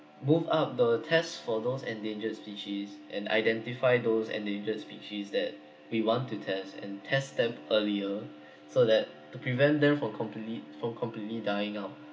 move up the tests for those endangered species and identify those endangered species that we want to test and test them earlier so that to prevent them from completely from completely dying out